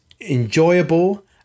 enjoyable